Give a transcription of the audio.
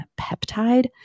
peptide